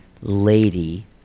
Lady